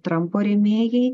trampo rėmėjai